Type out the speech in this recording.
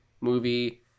movie